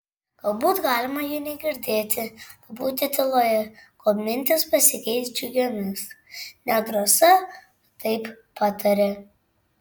galbūt galima jų negirdėti pabūti tyloje kol mintys pasikeis džiugiomis nedrąsa taip patarė